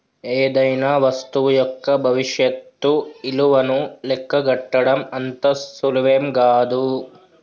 ఏదైనా వస్తువు యొక్క భవిష్యత్తు ఇలువను లెక్కగట్టడం అంత సులువేం గాదు